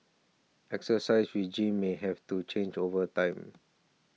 exercise regimens may have to change over time